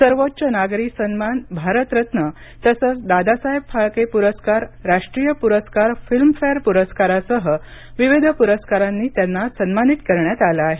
सर्वोच्च नागरी सन्मान भारत रत्न तसंच दादासाहेब फाळके पुरस्कार राष्ट्रीय पुरस्कार फिल्मफेअर पुरस्कारासह विविध पुरस्कारांनी त्यांना सन्मानित करण्यात आल आहे